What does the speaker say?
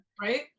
Right